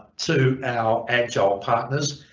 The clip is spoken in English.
to our agile partners,